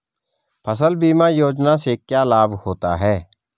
फसल बीमा योजना से क्या लाभ होता है?